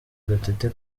gatete